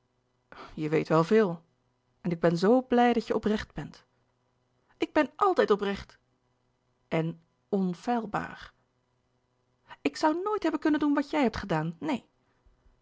je weet wel veel en ik ben zoo blij dat je oprecht bent ik ben altijd oprecht en onfeilbaar ik zoû nooit hebben kunnen doen wat jij hebt gedaan neen